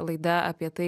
laida apie tai